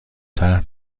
طرح